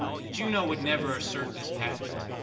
juno would never assert this patent.